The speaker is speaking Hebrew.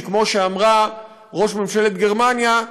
שכמו שאמרה ראש ממשלת גרמניה,